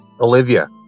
Olivia